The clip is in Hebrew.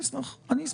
אני אשמח.